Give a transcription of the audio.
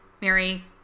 Mary